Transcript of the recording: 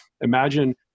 Imagine